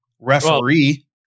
referee